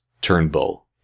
Turnbull